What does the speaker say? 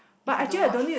if you don't watch